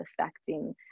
affecting